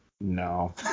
No